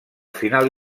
final